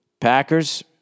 Packers